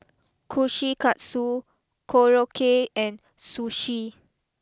Kushikatsu Korokke and Sushi